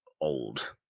old